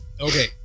Okay